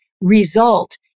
result